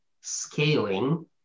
scaling